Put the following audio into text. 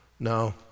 No